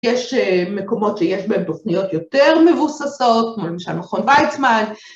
יש מקומות שיש בהם תוכניות יותר מבוססות, כמו למשל מכון ויצמן.